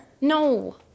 No